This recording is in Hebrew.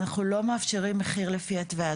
אנחנו לא מאפשרים מחיר לפי התוויה.